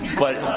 but